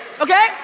Okay